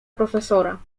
profesora